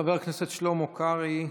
חבר הכנסת שלמה קרעי,